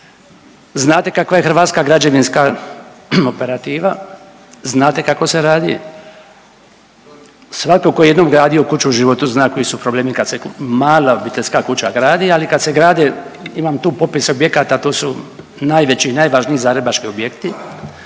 znate kakva je hrvatska građevinska operativa, znate kako se radi, svatko tko je jednom gradio kuću u životu zna koji su problemi kad se mala obiteljska kuća gradi, ali kad se gradi, imam tu popis objekata, tu su najveći i najvažniji zagrebački objekti,